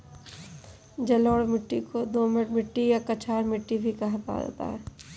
जलोढ़ मिट्टी को दोमट मिट्टी या कछार मिट्टी भी कहा जाता है